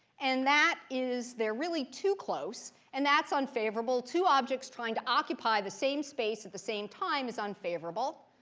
and that is they're really too close, and that's unfavorable. two objects trying to occupy the same space at the same time is unfavorable.